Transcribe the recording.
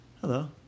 hello